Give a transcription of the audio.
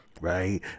right